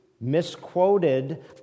misquoted